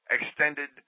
extended